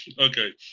Okay